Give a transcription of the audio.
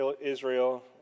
Israel